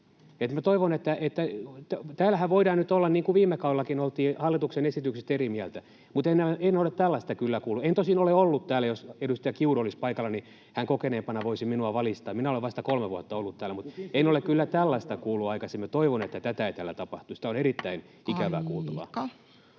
toivon... Täällähän voidaan nyt olla, niin kuin viime kaudellakin oltiin, hallituksen esityksistä eri mieltä, mutta en ole tällaista kyllä kuullut. En tosin ole ollut täällä, joten jos edustaja Kiuru olisi paikalla, niin hän kokeneempana voisi minua valistaa. Minä olen vasta kolme vuotta ollut täällä, mutta en ole kyllä tällaista kuullut aikaisemmin, ja toivon, että tätä ei täällä tapahtuisi. Tämä on erittäin ikävää kuultavaa.